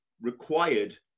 required